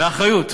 באחריות.